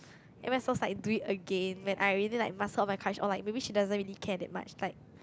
am I supposed to like do it again when I already like mustered all my courage or like maybe she doesn't really care that much like